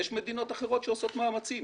יש מדינות אחרות שעושות מאמצים